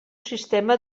sistema